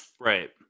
Right